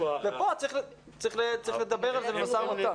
פה צריך לדבר על זה במשא ומתן.